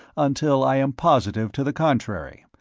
until i am positive to the contrary,